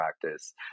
practice